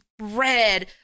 red